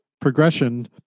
progression